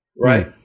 Right